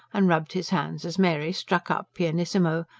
and rubbed his hands as mary struck up, pianissimo,